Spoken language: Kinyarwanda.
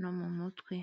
no mu mutwe.